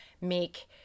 make